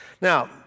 Now